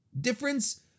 difference